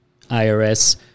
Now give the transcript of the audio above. IRS